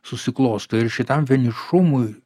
susiklosto ir šitam vienišumui